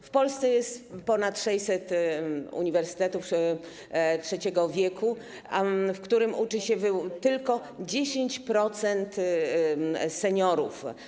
W Polsce jest ponad 600 uniwersytetów trzeciego wieku, w których uczy się tylko 10% seniorów.